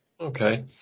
Okay